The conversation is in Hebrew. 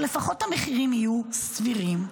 שלפחות המחירים יהיו סבירים.